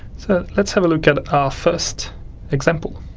so let's have a look at our first example